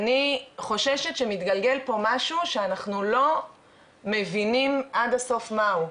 אני חוששת שמתגלגל פה משהו שאנחנו לא מבינים עד הסוף מה הוא.